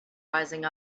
rising